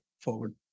forward